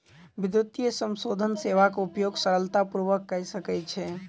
विद्युतीय समाशोधन सेवाक उपयोग सरलता पूर्वक कय सकै छै